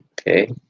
Okay